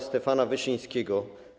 Stefana Wyszyńskiego.